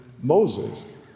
Moses